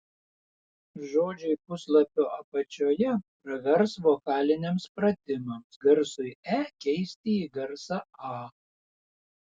žodžiai puslapio apačioje pravers vokaliniams pratimams garsui e keisti į garsą a